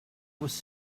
was